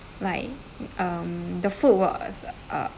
like um the food was uh